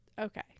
Okay